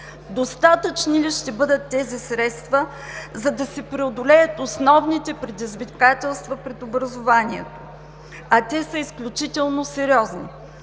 Достатъчни ли ще бъдат тези средства, за да се преодолеят основните предизвикателства пред образованието? А те са изключително сериозни.